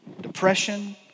depression